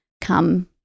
come